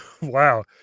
wow